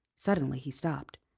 suddenly he stopped.